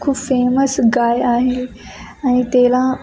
खूप famous guy आहे आणि त्याला